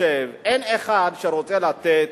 שאין אחד שרוצה לתת